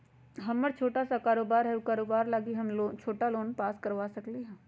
हमर छोटा सा कारोबार है उ कारोबार लागी हम छोटा लोन पास करवा सकली ह?